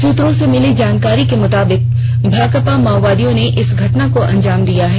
सूत्रों से मिली जानकारी के मुताबिक भाकपा माओवादियों ने इस घटना को अंजाम दिया है